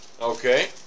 Okay